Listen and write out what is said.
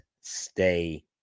stay